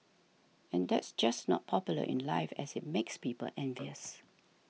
and that's just not popular in life as it makes people envious